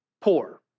poor